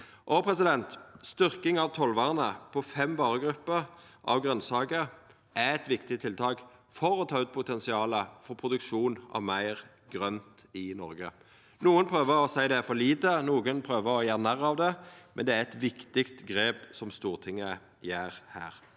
Og ei styrking av tollvernet på fem varegrupper av grønsaker er eit viktig tiltak for å ta ut potensialet for produksjon av meir grønt i Noreg. Nokon prøver å seia at det er for lite, nokon prøver å gjera narr av det, men det er eit viktig grep som Stortinget tek her,